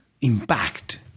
impact